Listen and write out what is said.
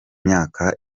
myaka